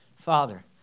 Father